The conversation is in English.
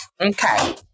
Okay